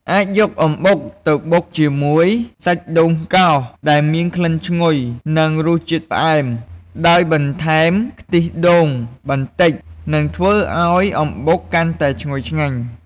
អាចយកអំបុកទៅបុកជាមួយសាច់ដូងកោស ដែលមានក្លិនឈ្ងុយ និងរសជាតិផ្អែម ដោយបន្ថែមខ្ទិះដូងបន្តិច នឹងធ្វើឱ្យអំបុកកាន់តែឈ្ងុយឆ្ងាញ់។